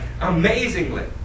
amazingly